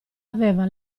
aveva